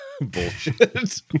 Bullshit